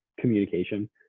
communication